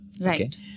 Right